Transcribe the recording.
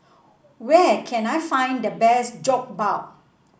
where can I find the best Jokbal